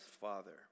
Father